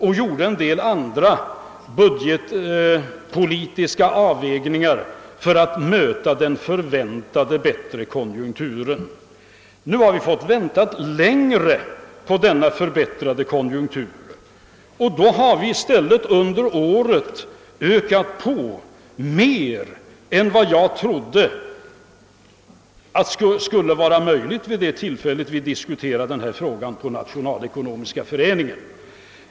Vi gjorde även en del andra budgetpolitiska avvägningar för att möta den förväntade bättre konjunkturen. Nu har vi fått vänta längre på den förbättrade konjunkturen, och under året har vi då i stället ökat på mer än vad jag trodde skulle vara möjligt vid det tillfälle då vi diskuterade frågan på Nationalekonomiska föreningen.